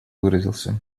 выразился